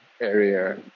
area